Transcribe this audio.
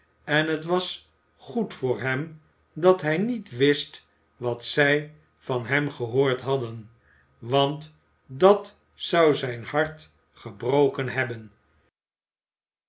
en het was goed voor hem dat hij niet wist wat zij van hem gehoord hadden want dat zou zijn hart gebroken hebben